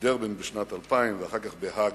בדרבן בשנת 2000 ואחר כך בהאג